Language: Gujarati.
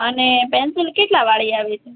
અને પેન્સિલ કેટલાવાળી આવે છે